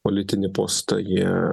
politinį postą jie